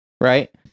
right